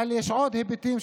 אלא על עוד היבטים.